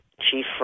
Chief